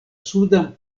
sudan